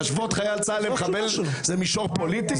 להשוות חייל צה"ל למחבל זה מישור פוליטי?